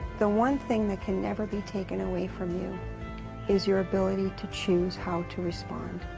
the one thing that can never be taken away from you is your ability to choose how to respond.